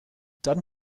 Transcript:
dann